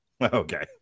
Okay